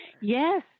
Yes